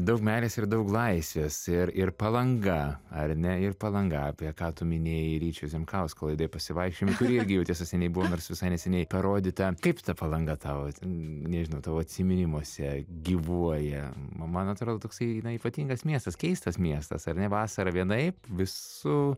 daug meilės ir daug laisvės ir ir palanga ar ne ir palanga apie ką tu minėjai ryčio zemkausko laidoje pasivaikščiojimai kuri irgi seniai buvo nors visai neseniai parodyta kaip ta palanga tau nežinau tavo atsiminimuose gyvuoja man atrodo toksai na ypatingas miestas keistas miestas ar ne vasarą vienaip visu